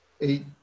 eight